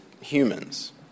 humans